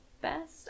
best